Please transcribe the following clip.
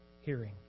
Hearing